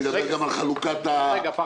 אני מדבר גם על חלוקת הוואטים.